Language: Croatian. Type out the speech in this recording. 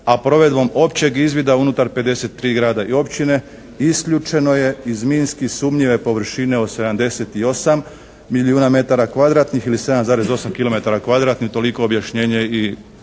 i provedbom općeg izvida unutar 53 grada i općine isključeno je iz minski sumnjive površine od 78 milijuna metara kvadratnih ili 7,8 kilometara kvadratnih.